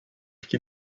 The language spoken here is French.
ski